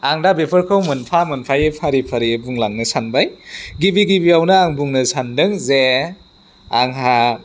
आं दा बेफोरखौ मोनफा मोनफायै फारि फारियै बुंलांनो सानबाय गिबि गिबियावनो आं बुंनो सान्दों जे आंहा